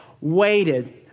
waited